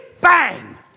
bang